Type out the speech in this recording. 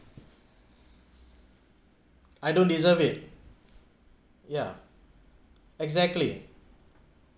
I don't deserve it yeah exactly